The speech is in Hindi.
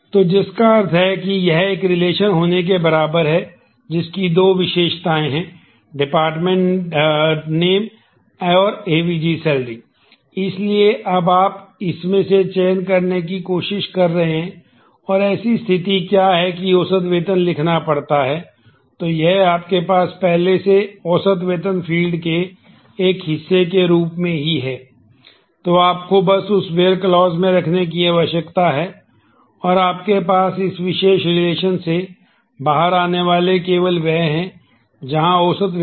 तो जिसका अर्थ है यह एक रिलेशन में यह सब होंगे